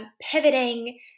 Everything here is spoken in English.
pivoting